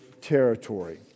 territory